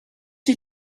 you